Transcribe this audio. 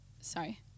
sorry